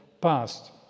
past